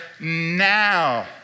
now